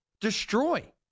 destroy